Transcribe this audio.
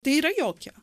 tai yra jokia